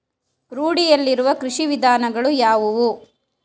ರೂಢಿಯಲ್ಲಿರುವ ಕೃಷಿ ವಿಧಾನಗಳು ಯಾವುವು?